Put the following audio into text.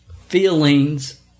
feelings